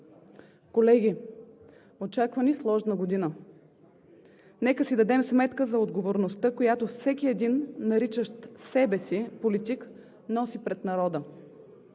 Колеги, очаква ни сложна година. Нека си дадем сметка за отговорността, която всеки един, наричащ себе си политик, носи пред народа,